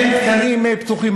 אז אין תקנים פתוחים.